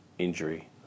Injury